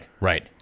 right